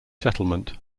settlement